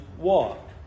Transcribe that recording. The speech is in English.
walk